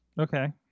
Okay